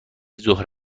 ظهر